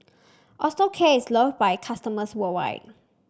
Osteocare is love by customers worldwide